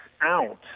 out